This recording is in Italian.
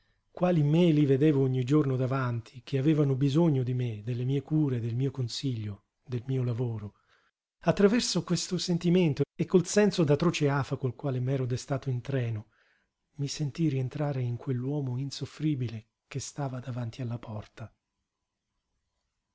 quali me li vedevo ogni giorno davanti che avevano bisogno di me delle mie cure del mio consiglio del mio lavoro attraverso questo sentimento e col senso d'atroce afa col quale m'ero destato in treno mi sentii rientrare in quell'uomo insoffribile che stava davanti alla porta